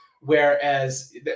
Whereas